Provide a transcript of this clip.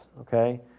Okay